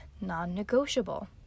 non-negotiable